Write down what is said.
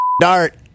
dart